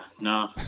No